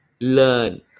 learn